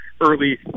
early